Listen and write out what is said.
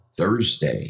Thursday